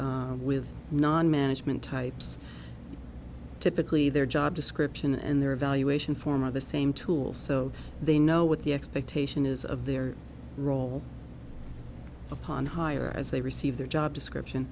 past with non management types typically their job description and their evaluation form of the same tools so they know what the expectation is of their role upon hire as they receive their job description